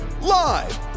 Live